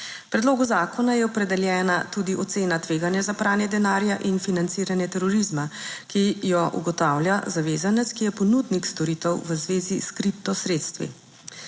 predlogu zakona je opredeljena tudi ocena tveganja za pranje denarja in financiranje terorizma, ki jo ugotavlja zavezanec, ki je ponudnik storitev v zvezi s kriptosredstvi.